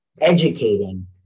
educating